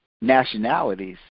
nationalities